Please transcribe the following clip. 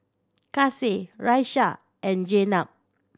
Kasih Raisya and Jenab